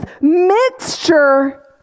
mixture